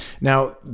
Now